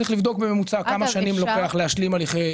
צריך לבדוק כמה שנים לוקח להשלים הליכים.